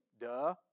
Duh